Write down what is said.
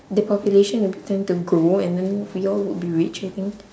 the population will be tend to grow and then we all would be rich I think